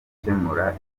gukemura